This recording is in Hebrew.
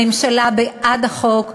הממשלה בעד החוק.